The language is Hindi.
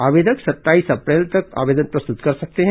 आवेदक सत्ताईस अप्रैल तक आवेदन प्रस्तुत कर सकते हैं